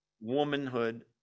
womanhood